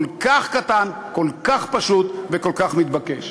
כל כך קטן, כל כך פשוט וכל כך מתבקש.